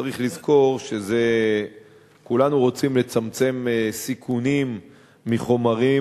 צריך לזכור: כולנו רוצים לצמצם סיכונים מחומרים